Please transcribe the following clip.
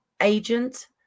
agent